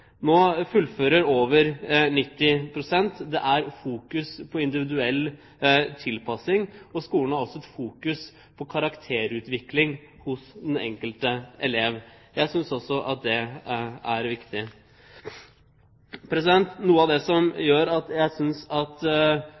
Nå fullfører over 90 pst. av elevene. Det er fokus på individuell tilpasning, og skolen har også fokus på karakterutvikling hos den enkelte elev. Det synes jeg også er viktig. Noe av det som gjør at jeg